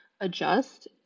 adjust